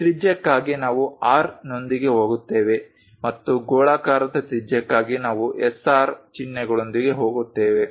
ತ್ರಿಜ್ಯಕ್ಕಾಗಿ ನಾವು R ನೊಂದಿಗೆ ಹೋಗುತ್ತೇವೆ ಮತ್ತು ಗೋಳಾಕಾರದ ತ್ರಿಜ್ಯಕ್ಕಾಗಿ ನಾವು SR ಚಿಹ್ನೆಗಳೊಂದಿಗೆ ಹೋಗುತ್ತೇವೆ